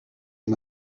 and